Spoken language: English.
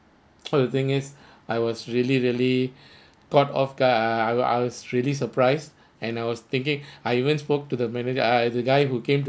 so the thing is I was really really caught off guard I I was I was really surprise and I was thinking I even spoke to the manager ah the guy who came to